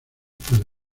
para